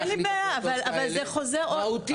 אבל מהותית